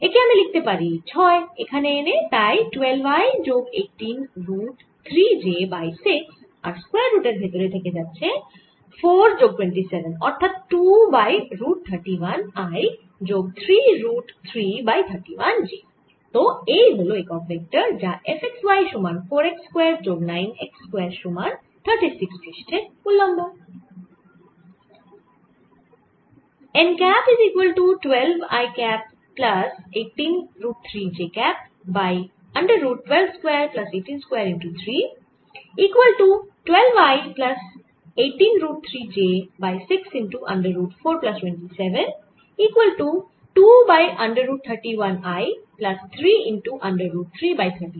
একে আমি লিখতে পারি 6 বাইরে এনে তাই 12 i যোগ 18 রুট 3 j বাই 6 আর স্কয়ার রুটের ভেতরে থেকে যাচ্ছে 4 যোগ 27 অর্থাৎ 2 বাই রুট 31 i যোগ 3 রুট 3 বাই 31 j তো এই হল একক ভেক্টর যা f x y সমান 4 x স্কয়ার যোগ 9 y স্কয়ার সমান 36 পৃষ্ঠের উলম্ব